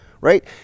right